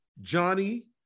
Johnny